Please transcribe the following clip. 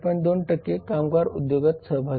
2 कामगार उद्योगात सहभागी आहेत